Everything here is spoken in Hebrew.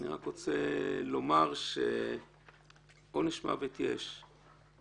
אני רק רוצה לומר שעונש מוות יש היום.